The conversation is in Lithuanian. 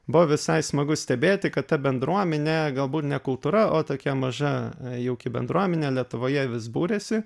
buvo visai smagu stebėti kad ta bendruomenė galbūt ne kultūra o tokia maža jauki bendruomenė lietuvoje vis būrėsi